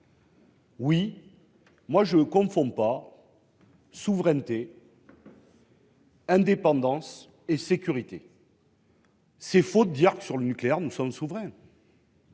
Non, je ne confonds pas souveraineté, indépendance et sécurité. Il est faux de dire que, sur le nucléaire, nous sommes souverains,